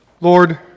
Lord